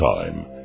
Time